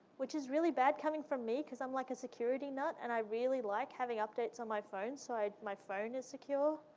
which is really bad coming from me, because i'm like a security nut, and i really like having updates on my phone, so my phone is secure.